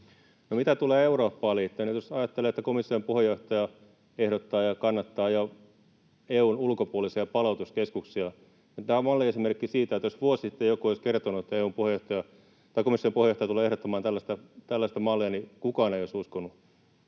mitä tulee Eurooppaan liittyen, niin jos ajattelee, että komission puheenjohtaja ehdottaa ja kannattaa EU:n ulkopuolisia palautuskeskuksia, niin tämä on malliesimerkki siitä, että jos vuosi sitten joku olisi kertonut, että komission puheenjohtaja tulee ehdottamaan tällaista mallia, kukaan ei olisi uskonut.